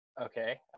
Okay